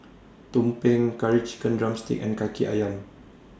Tumpeng Curry Chicken Drumstick and Kaki Ayam